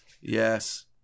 Yes